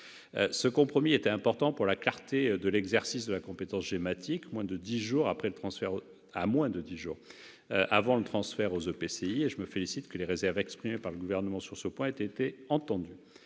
Ce compromis était important pour la clarté de l'exercice de la compétence GEMAPI, à un peu plus de dix jours de son transfert aux EPCI : je me félicite que les réserves exprimées par le Gouvernement sur ce point aient été entendues.